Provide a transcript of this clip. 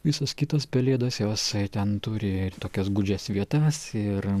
visos kitos pelėdos jos ten turi ir tokias gūdžias vietas ir